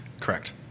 Correct